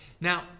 Now